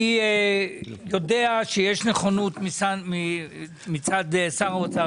אני יודע שיש נכונות מצד שר האוצר.